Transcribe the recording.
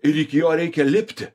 ir iki jo reikia lipti